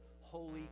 holy